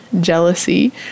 jealousy